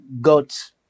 got